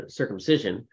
circumcision